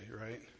right